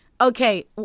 Okay